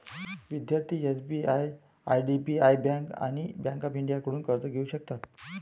विद्यार्थी SBI IDBI bank आणि bank of इंडियाकडून कर्ज घेऊ शकतात